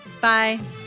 Bye